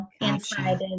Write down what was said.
inside